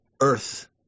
Earth